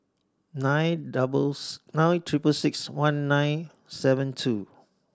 nine doubles nine triple six one nine seven two